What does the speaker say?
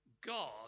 God